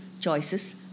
Choices